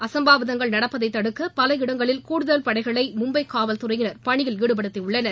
அசாம்பாவிதங்கள் நடப்பதை தடுக்க பல இடங்களில் கூடுதல் படைகளை மும்பை காவல்தறையினா் பணியில் ஈடுபடுத்தியுள்ளனர்